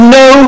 no